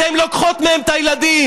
אתן לוקחות מהם את הילדים.